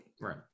right